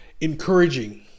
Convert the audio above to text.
encouraging